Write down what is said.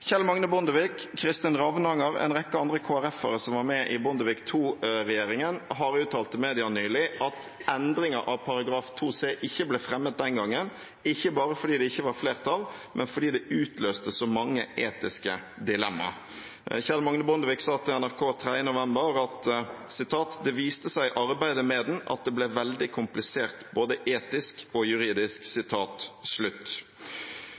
Kjell Magne Bondevik, Kristin Ravnanger og en rekke andre KrF-ere som var tilknyttet Bondevik II-regjeringen, har uttalt til media nylig at endringer i § 2c ikke ble fremmet den gangen – ikke bare fordi det ikke var flertall for det, men fordi det utløste så mange etiske dilemmaer. Kjell Magne Bondevik sa til NRK 3. november at «det viste seg i arbeidet med den at det ble veldig komplisert både etisk og juridisk».